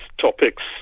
topics